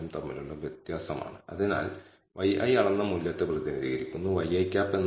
ഇപ്പോൾ എന്തിനാണ് നമ്മൾ n അല്ലെങ്കിൽ n 1 ന് പകരം n 2 കൊണ്ട് ഹരിക്കുന്നത്